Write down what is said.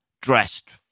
dressed